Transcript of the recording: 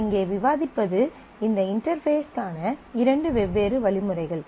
நாம் இங்கே விவாதிப்பது இந்த இன்டெர்பேஸ்ற்கான இரண்டு வெவ்வேறு வழிமுறைகள்